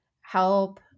help